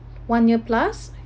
one year plus